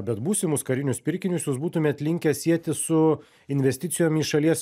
bet būsimus karinius pirkinius jūs būtumėt linkę sieti su investicijom į šalies